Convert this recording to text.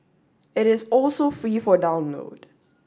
it is also free for download